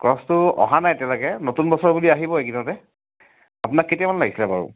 ক্ৰকছ্টো অহা নাই এতিয়ালৈকে নতুন বছৰ বুলি আহিব এইকেইদিনতে আপোনাক কেতিয়াামানে লাগিছিলে বাৰু